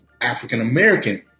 African-American